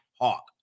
Hawk